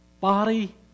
body